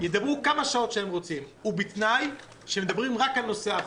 ידברו כמה שעות שהם רוצים ובתנאי שמדברים רק על נושא החוק.